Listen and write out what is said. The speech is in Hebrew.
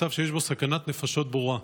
מצב שיש בו סכנת נפשות ברורה.